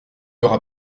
aura